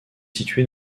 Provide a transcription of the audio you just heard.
située